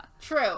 True